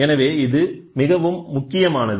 எனவே இது மிகவும் முக்கியமானது